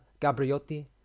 Gabriotti